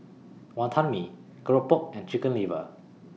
Wantan Mee Keropok and Chicken Liver